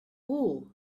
wool